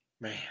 Man